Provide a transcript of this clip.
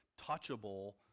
touchable